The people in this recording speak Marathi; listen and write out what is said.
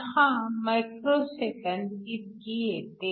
6 microS इतकी येते